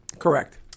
Correct